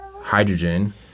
hydrogen